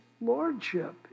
lordship